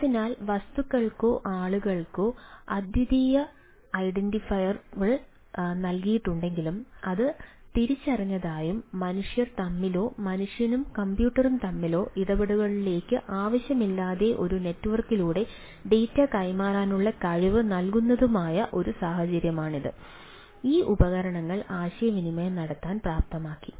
അതിനാൽ വസ്തുക്കൾക്കോ ആളുകൾക്കോ അദ്വിതീയ ഐഡന്റിഫയറുകൾ നൽകിയിട്ടുണ്ടെന്നും അത് തിരിച്ചറിഞ്ഞതായും മനുഷ്യർ തമ്മിലോ മനുഷ്യനും കമ്പ്യൂട്ടറും തമ്മിലുള്ള ഇടപെടലുകളിലേക്ക് ആവശ്യമില്ലാതെ ഒരു നെറ്റ്വർക്കിലൂടെ ഡാറ്റ കൈമാറാനുള്ള കഴിവ് നൽകുന്നതുമായ ഒരു സാഹചര്യമാണിത് അതിനാൽ ഈ ഉപകരണങ്ങൾ ആശയവിനിമയം നടത്താൻ പ്രാപ്തമാക്കി